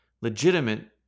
legitimate